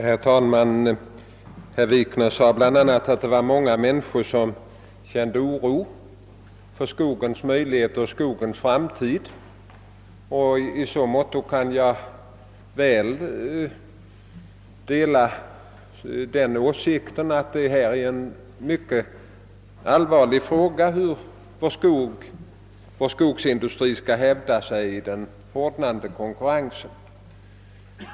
Herr talman! Herr Wikner sade bl.a. att många människor känner oro för skogens möjligheter och skogens framtid, och i så måtto kan jag dela åsikten, att det är en mycket allvarlig fråga hur vår skogsindustri skall kunna hävda sig i den hårdnande konkurrensen.